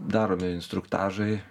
daromi instruktažai